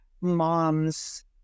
moms